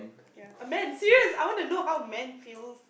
ya a man serious I want to know how men feels